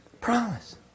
Promise